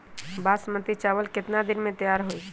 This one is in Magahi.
बासमती चावल केतना दिन में तयार होई?